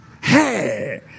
Hey